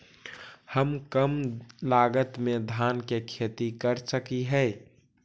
हम कम लागत में धान के खेती कर सकहिय?